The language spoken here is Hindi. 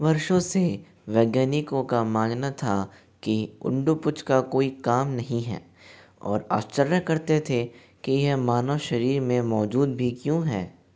वर्षों से वैज्ञानिकों का मानना था कि उण्डुपुच्छ का कोई काम नहीं है और आश्चर्य करते थे कि यह मानव शरीर में मौजूद भी क्यों है